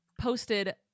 posted